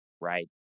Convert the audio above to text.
right